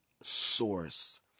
source